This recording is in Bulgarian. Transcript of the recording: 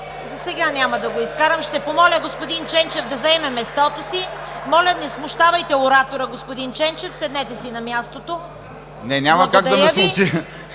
Засега няма да го изкарам. Ще помоля господин Ченчев да заеме мястото си. Моля, не смущавайте оратора, господин Ченчев! Седнете си на мястото. Благодаря Ви.